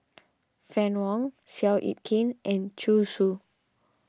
Fann Wong Seow Yit Kin and Zhu Xu